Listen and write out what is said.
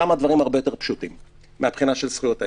שם הדברים הרבה יותר פשוטים מבחינת זכויות האזרח.